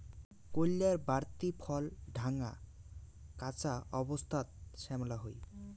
কইল্লার বাড়তি ফল ঢাঙা, কাঁচা অবস্থাত শ্যামলা হই